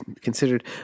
considered